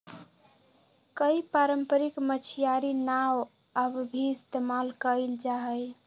कई पारम्परिक मछियारी नाव अब भी इस्तेमाल कइल जाहई